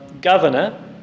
governor